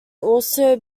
also